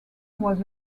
was